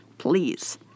Please